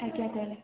ଆଜ୍ଞା ସାର୍